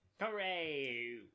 Hooray